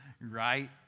right